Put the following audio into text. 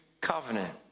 covenant